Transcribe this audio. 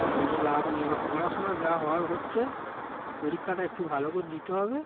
বলে লাভ নেই ও পড়াশোনা যা হওয়ার হচ্ছে পরীক্ষাটা একটু ভালো করে দিতে হবে